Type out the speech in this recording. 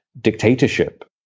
dictatorship